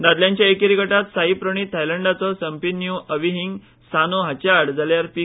दादल्यांच्या एकेरी गटांत साई प्रणीत थायलंडाचो सुंप्पन्युव अविहींग सानो हांचे आड जाल्यार पी